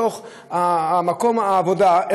במקום העבודה,